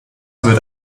wird